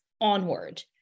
onward